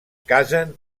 casen